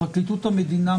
פרקליטות המדינה,